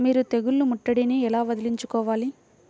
మీరు తెగులు ముట్టడిని ఎలా వదిలించుకోవాలి?